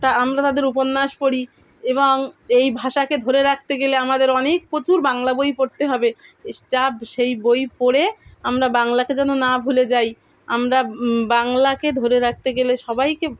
তা আমরা তাদের উপন্যাস পড়ি এবং এই ভাষাকে ধরে রাখতে গেলে আমাদের অনেক প্রচুর বাংলা বই পড়তে হবে যা সেই বই পড়ে আমরা বাংলাকে যেন না ভুলে যাই আমরা বাংলাকে ধরে রাখতে গেলে সবাইকে